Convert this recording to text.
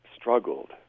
struggled